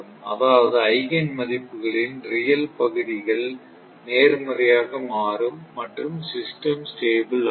அதாவது ஐகேன் மதிப்புகளின் ரியல் பகுதிகள் நேர்மறையாக மாறும் மற்றும் சிஸ்டம் ஸ்டெபிள் ஆகும்